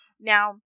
Now